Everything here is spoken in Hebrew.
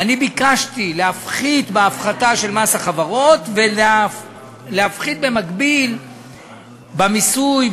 ביקשתי להפחית בהפחתה של מס החברות ולהפחית במקביל במיסוי,